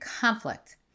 conflict